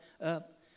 up